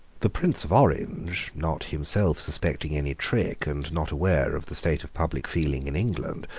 the prince of orange, not himself suspecting any trick, and not aware of the state of public feeling in england,